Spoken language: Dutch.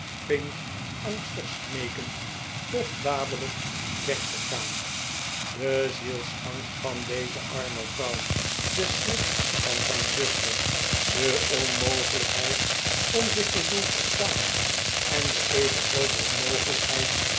angstig smeekend toch dadelijk weg te gaan de zielsangst van deze arme vrouw de schrik van zijn zuster de onmogelijkheid om zich te doen verstaan en de even groote onmogelijkheid